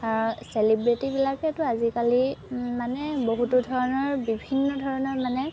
আৰু চেলিব্ৰেটিবিলাকেতো আজিকালি মানে বহুতো ধৰণৰ বিভিন্ন ধৰণৰ মানে